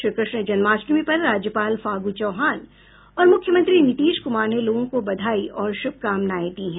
श्रीकृष्ण जन्माष्टमी पर राज्यपाल फागु चौहान और मुख्यमंत्री नीतीश कुमार ने लोगों को बधाई और शुभकामनाएं दी हैं